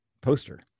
poster